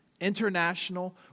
international